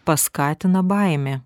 paskatina baimė